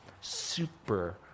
super